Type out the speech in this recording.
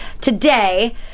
today